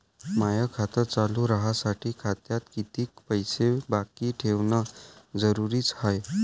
माय खातं चालू राहासाठी खात्यात कितीक पैसे बाकी ठेवणं जरुरीच हाय?